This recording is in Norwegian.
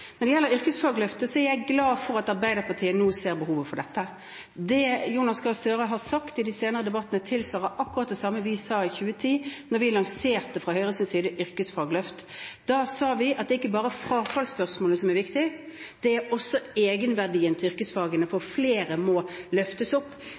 når det gjelder yrkesfagløftet, er jeg glad for at Arbeiderpartiet nå ser behovet for dette. Det Jonas Gahr Støre har sagt i de senere debattene, tilsvarer akkurat det samme vi sa i 2010, da vi fra Høyres side lanserte yrkesfagløft. Da sa vi at det ikke bare er frafallsspørsmålet som er viktig. Det er også egenverdien til yrkesfagene,